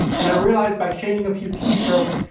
and i realized by changing a few keystrokes,